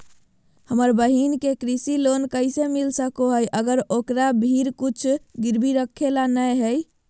हमर बहिन के कृषि लोन कइसे मिल सको हइ, अगर ओकरा भीर कुछ गिरवी रखे ला नै हइ?